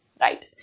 right